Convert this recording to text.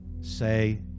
say